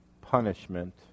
punishment